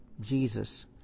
Jesus